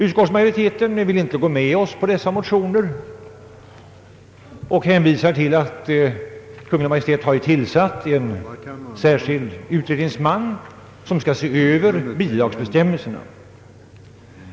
Utskottsmajoriteten vill inte gå med på dessa motioner utan hänvisar till att Kungl. Maj:t har tillsatt en särskild utredningsman som skall se över bidragsbestämmelserna.